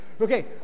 Okay